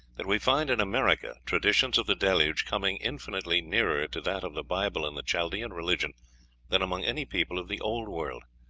that we find in america traditions of the deluge coming infinitely nearer to that of the bible and the chaldean religion than among any people of the old world.